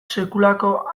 sekulako